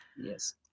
Yes